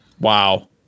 wow